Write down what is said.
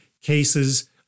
cases